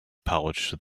pouch